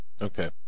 Okay